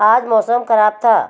आज मौसम ख़राब था